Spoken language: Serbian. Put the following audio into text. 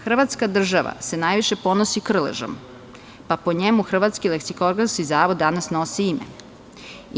Hrvatska država se najviše ponosi Krležom, pa po njemu Hrvatski leksikografski zavod danas nosi ime.